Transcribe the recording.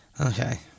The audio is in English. okay